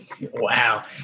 Wow